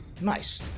Nice